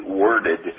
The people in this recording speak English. worded